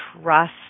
trust